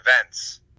events